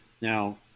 Now